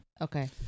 Okay